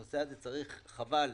חבל,